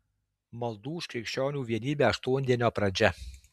maldų už krikščionių vienybę aštuondienio pradžia